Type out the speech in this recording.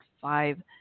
five